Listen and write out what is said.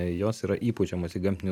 jos yra įpučiamos į gamtinių